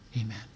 amen